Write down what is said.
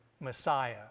Messiah